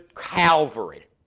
Calvary